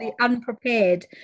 unprepared